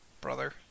brother